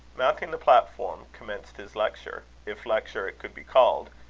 mounting the platform, commenced his lecture if lecture it could be called,